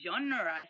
genre